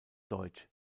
deutsch